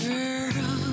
Girl